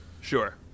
Sure